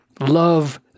love